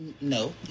No